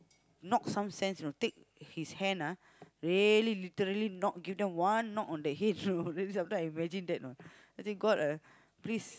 knock some sense you know take his hand ah really literally knock give them one knock on their head you know really sometimes I imagine that you know I say God ah please